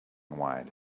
wide